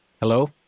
Hello